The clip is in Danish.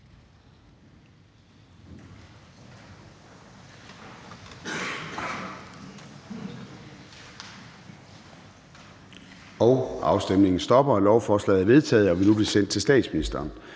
stemte 4 (ALT)]. Lovforslaget er vedtaget og vil nu blive sendt til statsministeren.